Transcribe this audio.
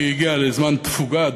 כי היא הגיעה לזמן תפוגה,